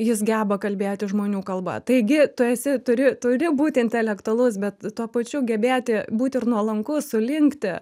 jis geba kalbėti žmonių kalba taigi tu esi turi turi būti intelektualus bet tuo pačiu gebėti būti ir nuolankus sulinkti